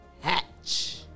Hatch